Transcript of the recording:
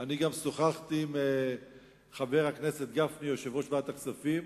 שוחחתי עם חבר הכנסת גפני, יושב-ראש ועדת הכספים.